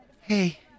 Hey